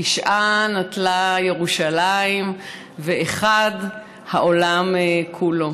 תשעה נטלה ירושלים ואחד העולם כולו.